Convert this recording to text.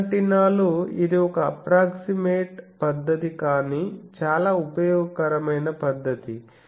చిన్న యాంటెనాలు ఇది ఒక అప్ప్రోక్సిమేట్ పద్ధతి కాని చాలా ఉపయోగకరమైన పద్ధతి